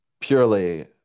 purely